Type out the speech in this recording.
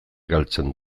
galtzen